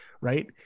right